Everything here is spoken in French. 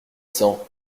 cents